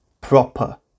proper